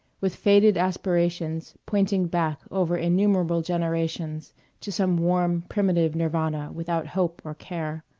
with faded aspirations pointing back over innumerable generations to some warm, primitive nirvana, without hope or care.